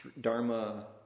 dharma